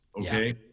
Okay